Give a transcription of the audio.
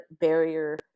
barrier